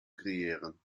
creëren